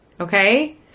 okay